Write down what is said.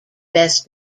best